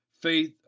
faith